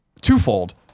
twofold